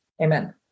Amen